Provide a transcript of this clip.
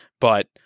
But-